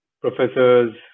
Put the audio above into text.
professors